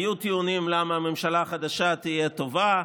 היו טיעונים לכך שהממשלה החדשה תהיה טובה.